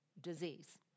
disease